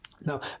Now